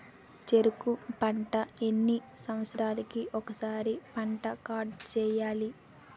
చెరుకు పంట ఎన్ని సంవత్సరాలకి ఒక్కసారి పంట కార్డ్ చెయ్యాలి?